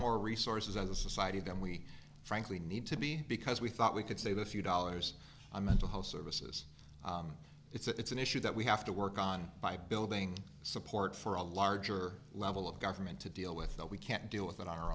more resources as a society than we frankly need to be because we thought we could save a few dollars a mental health services it's an issue that we have to work on by building support for a larger level of government to deal with that we can't deal with